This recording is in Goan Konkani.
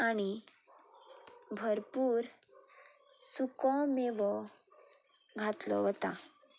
आनी भरपूर सुको मेवो घातलो वता